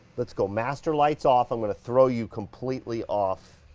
let's go master lights off. i'm gonna throw you completely off,